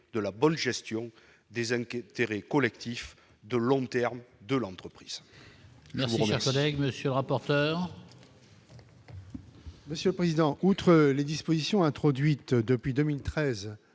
de la bonne gestion des années qui était collectifs de long terme de l'entreprise.